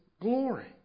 glory